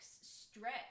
stretch